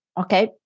okay